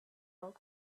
old